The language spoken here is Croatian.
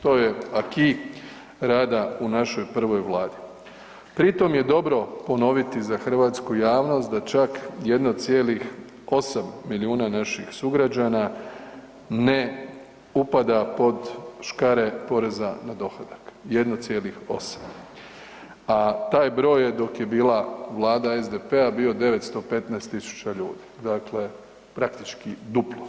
To je acquis rada u našoj prvoj vladi, pri tom je dobro ponoviti za hrvatsku javnost da čak 1,8 milijuna naših sugrađana ne upada pod škare poreza na dohodak 1,8, a taj broj dok je bila vlada SDP-a bio 915.000 ljudi, dakle praktički duplo.